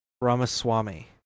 Ramaswamy